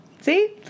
See